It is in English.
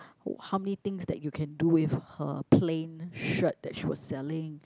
how many things that you can do with her plain shirt that she was selling